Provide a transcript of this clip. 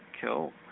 Cool